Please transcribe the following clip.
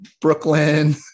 Brooklyn